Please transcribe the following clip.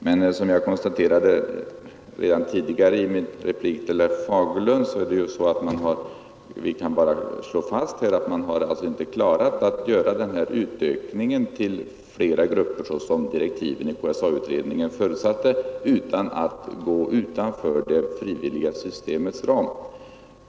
Men som jag konstaterade redan i min replik till herr Fagerlund kan vi slå fast att man inte klarat av utökningen till flera grupper, utan att gå utanför det frivilliga systemets ram.